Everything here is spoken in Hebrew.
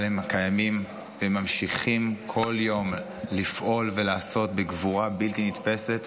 אבל הם קיימים והם ממשיכים כל יום לפעול ולעשות בגבורה בלתי נתפסת.